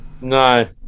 No